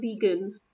vegan